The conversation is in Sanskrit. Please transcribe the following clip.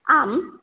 आम्